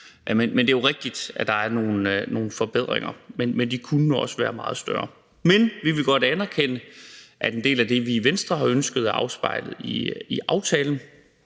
Det er jo rigtigt, at der er nogle forbedringer, men de kunne nu også være meget større. Men vi vil godt anerkende, at en del af det, vi i Venstre har ønsket, er afspejlet i aftalen,